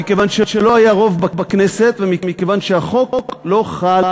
מכיוון שלא היה רוב בכנסת, ומכיוון שהחוק לא חל